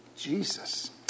Jesus